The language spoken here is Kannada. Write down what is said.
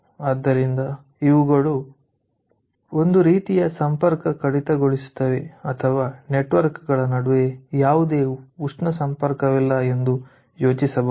ಆದ್ದರಿಂದ ಇವುಗಳು ಒಂದು ರೀತಿಯ ಸಂಪರ್ಕ ಕಡಿತಗೊಳಿಸುತ್ತವೆ ಅಥವಾ ನೆಟ್ವರ್ಕ್ ಗಳ ನಡುವೆ ಯಾವುದೇ ಉಷ್ಣ ಸಂಪರ್ಕವಿಲ್ಲ ಎಂದು ಯೋಚಿಸಬಹುದು